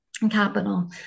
capital